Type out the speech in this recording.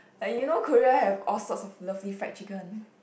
like you know Korea have all sorts of lovely fried chicken